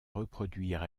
reproduire